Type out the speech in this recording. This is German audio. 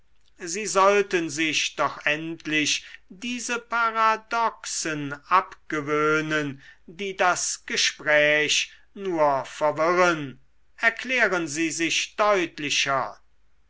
sie sollten sich doch endlich diese paradoxen abgewöhnen die das gespräch nur verwirren erklären sie sich deutlicher